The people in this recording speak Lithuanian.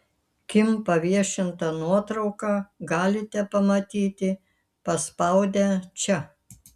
kim paviešintą nuotrauką galite pamatyti paspaudę čia